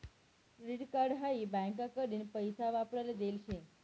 credit card हाई बँकाकडीन पैसा वापराले देल शे